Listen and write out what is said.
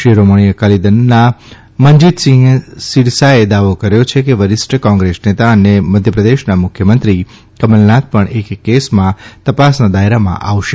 શિરોમણી અકાલીદળના મનજીંદરસિંહ સીરસાયે દાવો કર્યો છે કે વરિષ્ઠ કોંગ્રેસ નેતા અને મધ્યપ્રદેશના મુખ્યમંત્રી કમલનાથ ણ એક કેસમાં ત ાસના દાયરામાં આવશે